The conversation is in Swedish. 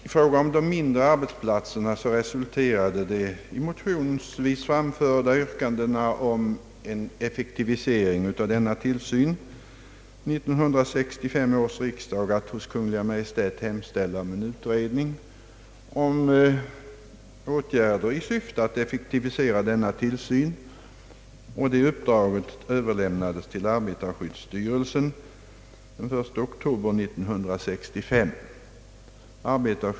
I fråga om de mindre arbetsplatserna beslöt 1965 års riksdag efter motionsvis framförda yrkanden härom att hos Kungl. Maj:t hemställa om utredning rörande åtgärder i syfte ait effektivisera denna tillsyn. Det uppdraget överlämnades till arbetarskyddsstyrelsen den 1 oktober samma år.